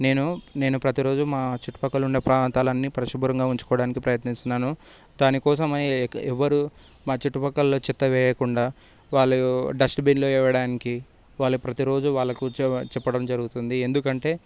నేను నేను ప్రతి రోజు మా చుట్టుపక్కల ఉన్న ప్రాంతాలన్నీ పరిశుభ్రంగా ఉంచుకోవడానికి ప్రయత్నిస్తున్నాను దానికోసమే ఎవ్వరు మా చుట్టూపక్కల్లో చెత్త వేయకుండా వాళ్ళు డస్ట్బిన్లో వేయడానికి వాళ్ళు ప్రతిరోజు వాళ్ళకు చెప్పడం జరుగుతుంది ఎందుకు అంటే